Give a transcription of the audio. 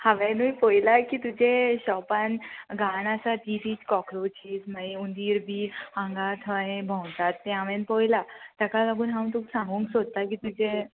हांवेंनूय पोयलां की तुजे शॉपान घाण आसा ती लिचीस काॅक्रोचीस मागीर उंदीर बी आंगा थंय भोंवतात तें हांवें पोयलां ताका लागून हांव तुका सांगूंक सोदतां की तुजें